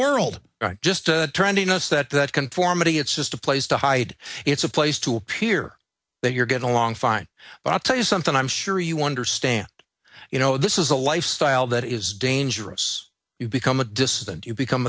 world just turning us that that conformity it's just a place to hide it's a place to appear that you're getting along fine but i'll tell you something i'm sure you understand you know this is a lifestyle that is dangerous you become a dissident you become